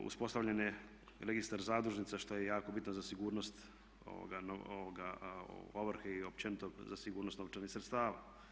Uspostavljen je registar zadužnica što je jako bitno za sigurnost ovrhe i općenito za sigurnost novčanih sredstava.